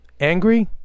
angry